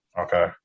Okay